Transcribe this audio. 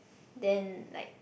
then like